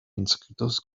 inscritos